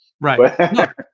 right